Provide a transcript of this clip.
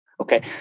Okay